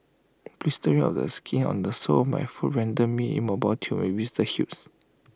blistering of the skin on the sole of my feet render me immobile till the blisters heals